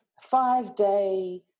five-day